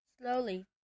Slowly